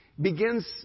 begins